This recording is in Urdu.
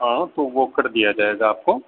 ہاں تو وہ کر دیا جائے گا آپ کو